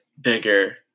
bigger